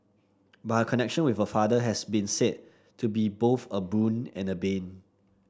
but her connection with her father has been said to be both a boon and a bane